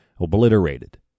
obliterated